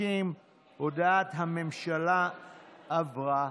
50. הודעת הממשלה עברה.